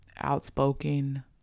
outspoken